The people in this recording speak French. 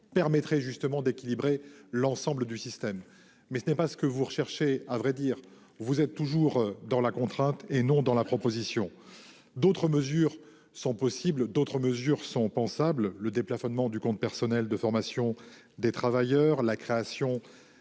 permettrait justement d'équilibrer l'ensemble du système. Mais ce n'est pas ce que vous recherchez. À vrai dire, vous êtes toujours dans la contrainte et non dans la proposition. D'autres mesures sont possibles. D'autres mesures sont pensable le déplafonnement du compte personnel de formation des travailleurs, la création